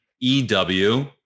E-W